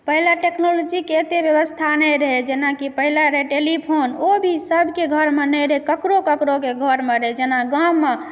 पहिले टेक्नोलॉजीके एतय व्यवस्था नहि रहय जेनाकि पहिले रहय टेलीफोन ओभी सभके घरमे नहि रहय ककरो ककरोके घरमे रहय जेना गाममऽ